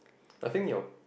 I think your